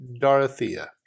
Dorothea